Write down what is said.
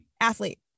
athlete